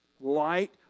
Light